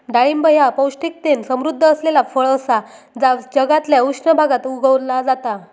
डाळिंब ह्या पौष्टिकतेन समृध्द असलेला फळ असा जा जगातल्या उष्ण भागात उगवला जाता